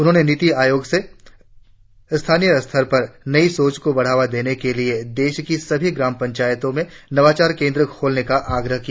उन्होंने नीति आयोग से स्थानीय स्तर पर नई सोच को बढ़ावा देने के लिए देश की सभी ग्राम पंचायतों मे नवाचार केंद्र खोलने का आग्रह किया